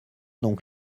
donc